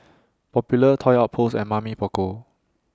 Popular Toy Outpost and Mamy Poko